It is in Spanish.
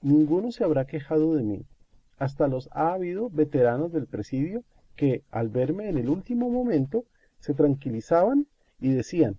ninguno se habrá quejado de mí hasta los ha habido veteranos del presidio que al verme en el último momento se tranquilizaban y decían